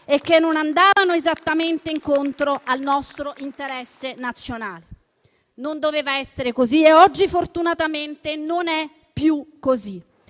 che non andavano esattamente incontro al nostro interesse nazionale. Non doveva essere così e oggi, fortunatamente, non è più così.